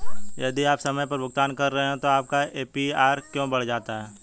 यदि आप समय पर भुगतान कर रहे हैं तो आपका ए.पी.आर क्यों बढ़ जाता है?